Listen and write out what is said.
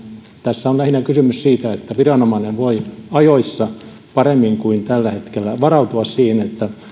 tässä on lähinnä kysymys siitä että viranomainen voi ajoissa paremmin kuin tällä hetkellä varautua siihen että